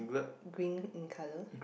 green in colour